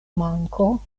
manko